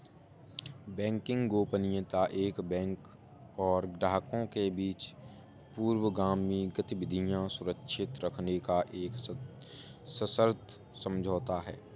banking गोपनीयता एक bank और ग्राहकों के बीच पूर्वगामी गतिविधियां सुरक्षित रखने का एक सशर्त समझौता है